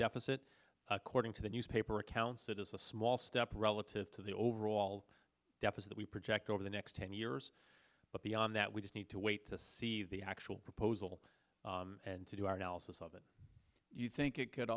deficit according to the newspaper accounts it is a small step relative to the overall deficit we project over the next ten years but beyond that we just need to wait to see the actual proposal to do our analysis of it you think it could